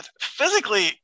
physically